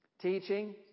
Teaching